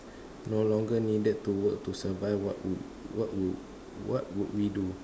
no longer needed to work to survive what would what would what would we do